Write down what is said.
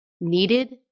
needed